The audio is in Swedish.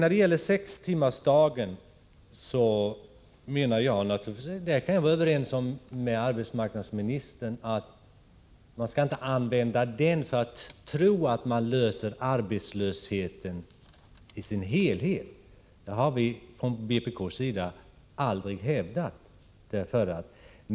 När det gäller sextimmarsdagen menar jag naturligtvis — och där kan jag vara överens med arbetsmarknadsministern — att man inte skall tro att man därmed kan lösa arbetslösheten i sin helhet. Det har vi från vpk:s sida aldrig hävdat.